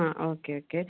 ആ okay okay